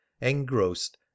engrossed